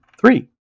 Three